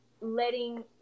letting